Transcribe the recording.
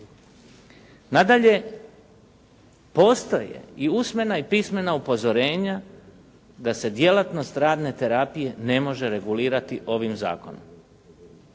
Nadalje, postoje i usmena i pismena upozorenja da se djelatnost radne terapije ne može regulirati ovim zakonom.